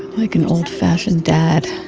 like an old-fashioned dad.